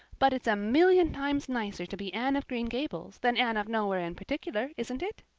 but it's a million times nicer to be anne of green gables than anne of nowhere in particular, isn't it?